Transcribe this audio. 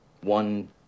One